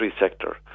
sector